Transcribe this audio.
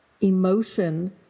emotion